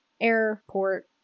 airport